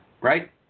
right